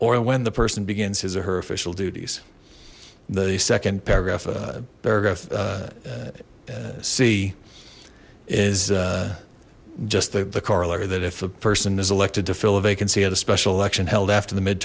or when the person begins his or her official duties the second paragraph paragraph c is just the the corollary that if a person is elected to fill a vacancy at a special election held after the mid